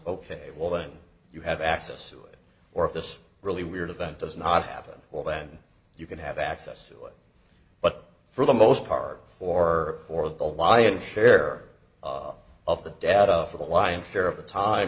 ok well then you have access to it or if this really weird event does not happen well then you can have access to it but for the most part for for the lion's share of the data for the lion's share of the time